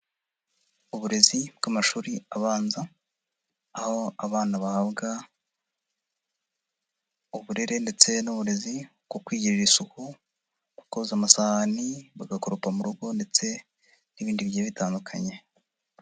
Uburezi bw'amashuri abanza aho abana bahabwa uburere ndetse n'uburezi ku kwigirira isuku, koza amasahani, bagakoropa mu rugo ndetse n'ibindi bigiye bitandukanye.